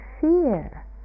fear